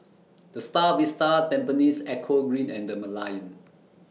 The STAR Vista Tampines Eco Green and The Merlion